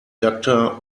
doctor